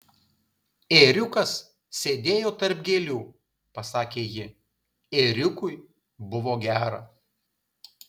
ėriukas sėdėjo tarp gėlių pasakė ji ėriukui buvo gera